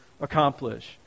accomplish